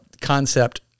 concept